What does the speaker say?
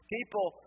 People